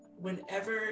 whenever